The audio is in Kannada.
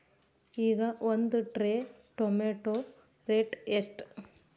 ಈಗ ಒಂದ್ ಟ್ರೇ ಟೊಮ್ಯಾಟೋ ರೇಟ್ ಎಷ್ಟ?